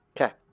Okay